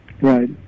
Right